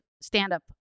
stand-up